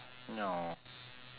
ya